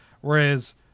Whereas